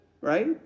right